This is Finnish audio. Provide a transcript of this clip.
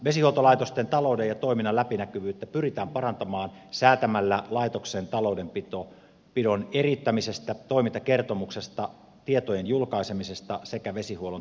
vesihuoltolaitosten talouden ja toiminnan läpinäkyvyyttä pyritään parantamaan säätämällä laitoksen taloudenpidon eriyttämisestä toimintakertomuksesta tietojen julkaisemisesta sekä vesihuollon tietojärjestelmästä